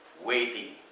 waiting